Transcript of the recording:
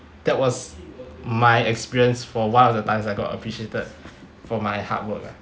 that was my experience for one of the times I got appreciated for my hard work